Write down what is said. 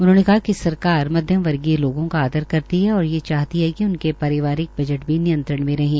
उन्होंने कहा िक सरकार मध्यम वर्गीय लोगों का आदर करती है और ये चाहती है कि उनके परिवारिक बजट भी नियंत्रण में रहें